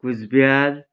Cooch Behar